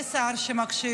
מי השר שמקשיב?